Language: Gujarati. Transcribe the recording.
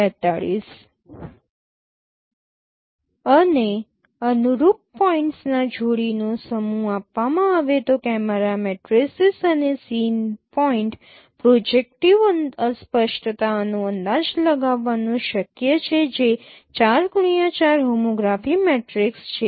અને અનુરૂપ પોઇન્ટ્સના જોડીનો સમૂહ આપવામાં આવે તો કેમેરા મેટ્રિસીસ અને સીન પોઇન્ટ પ્રોજેક્ટીવ અસ્પષ્ટતાનો અંદાજ લગાવવાનું શક્ય છે જે 4 X 4 હોમોગ્રાફી મેટ્રિક્સ છે